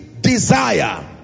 desire